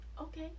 okay